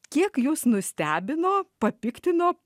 kiek jus nustebino papiktino